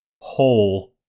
whole